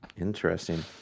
Interesting